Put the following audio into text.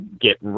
get